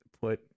put